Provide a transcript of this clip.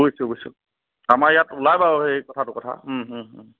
বুইছোঁ বুইছোঁ আমাৰ ইয়াত ওলাই বাৰু সেই কথাটোৰ কথা